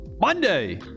monday